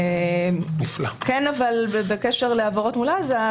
אבל בקשר להעברות מול עזה,